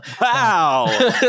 wow